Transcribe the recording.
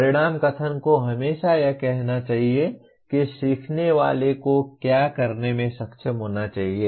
परिणाम कथन को हमेशा यह कहना चाहिए कि सीखने वाले को क्या करने में सक्षम होना चाहिए